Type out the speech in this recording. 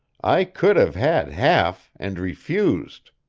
i could have had half, and refused.